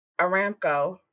Aramco